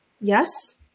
Yes